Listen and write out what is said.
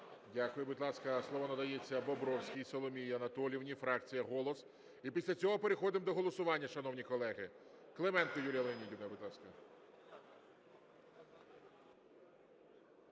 Дякую. Будь ласка, слово надається Бобровській Соломії Анатоліївні, фракція "Голос", і після цього переходимо до голосування, шановні колеги. Клименко Юлія Леонідівна, будь ласка.